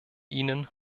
ihnen